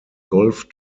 golf